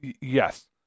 yes